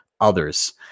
others